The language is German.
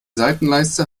seitenleiste